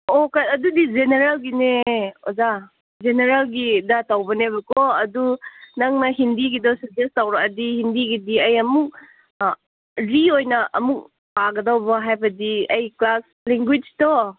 ꯑꯣ ꯀꯩ ꯑꯗꯨꯗꯤ ꯖꯦꯅꯦꯔꯦꯜꯒꯤꯅꯦ ꯑꯣꯖꯥ ꯖꯦꯅꯦꯔꯦꯜꯒꯤꯗ ꯇꯧꯕꯅꯦꯕꯀꯣ ꯑꯗꯨ ꯅꯪꯅ ꯍꯤꯟꯗꯤꯒꯤꯗ ꯁꯖꯦꯁ ꯇꯧꯔꯛꯂꯗꯤ ꯍꯤꯟꯗꯤꯒꯤꯗꯤ ꯑꯩ ꯑꯃꯨꯛ ꯔꯤ ꯑꯣꯏꯅ ꯑꯃꯨꯛ ꯄꯥꯒꯗꯧꯕ ꯍꯥꯏꯕꯗꯤ ꯑꯩ ꯀ꯭ꯂꯥꯁ ꯂꯤꯡꯒꯨꯏꯁꯇꯣ